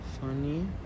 Funny